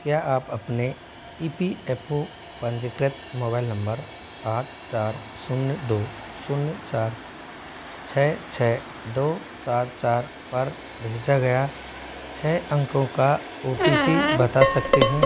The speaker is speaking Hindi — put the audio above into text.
क्या आप अपने ई पी एफ़ ओ पंजीकृत मोबाइल नंबर आठ चार शून्य दो शून्य चार छः छः दो चार चार पर भेजा गया छः अंकों का ओ टी पी बता सकते हैं